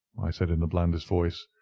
i said, in the blandest voice,